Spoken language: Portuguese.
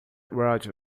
roger